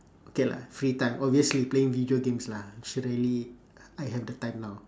okay lah free time obviously playing video games lah sh~ really I have the time now